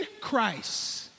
Christ